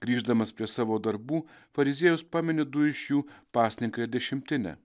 grįždamas prie savo darbų fariziejus pamini du iš jų pasninką ir dešimtinę